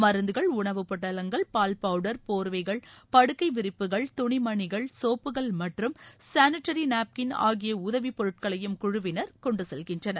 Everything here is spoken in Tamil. மருந்துகள் உணவுப் பொட்டலங்கள் பால் பவுடர் போர்வைகள் படுக்கை விரிப்புகள் துணி மணிகள் சோப்புகள் மற்றும் சேனட்ரி நாப்கின் ஆகிய உதவிப் பொருட்களையும் குழுவினர் கொண்டுசெல்கின்றனர்